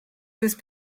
whose